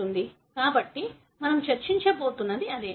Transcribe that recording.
కాబట్టి మనం చర్చించబోతున్నది అదే